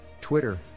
Twitter